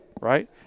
right